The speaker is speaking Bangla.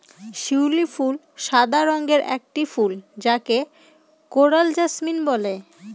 শিউলি ফুল সাদা রঙের একটি ফুল যাকে কোরাল জাসমিন বলে